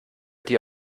dir